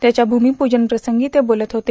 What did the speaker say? त्याच्या भ्रमिप्जन प्रसंगी ते वोलत होते